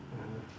mmhmm